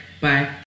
Bye